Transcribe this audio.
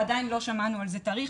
ועדיין לא שמענו על זה תאריך.